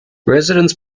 residents